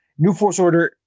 newforceorder